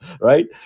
right